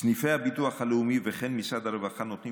סניפי הביטוח הלאומי וכן משרד הרווחה נותנים